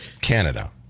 Canada